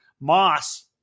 Moss